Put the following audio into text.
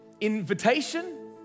invitation